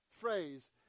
phrase